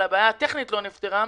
אבל הבעיה הטכנית לא נפתרה,